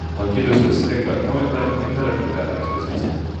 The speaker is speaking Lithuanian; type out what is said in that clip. lankytojus pasitinka atnaujinta interaktyvia ekspozicija